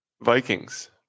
Vikings